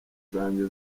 zanjye